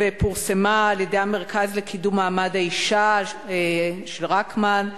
ופורסמה על-ידי המרכז לקידום מעמד האשה על-שם רקמן,